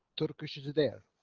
turkish is there.